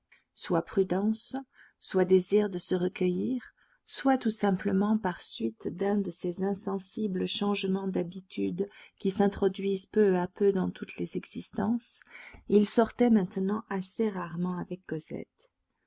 soit prudence soit désir de se recueillir soit tout simplement par suite d'un de ces insensibles changements d'habitudes qui s'introduisent peu à peu dans toutes les existences il sortait maintenant assez rarement avec cosette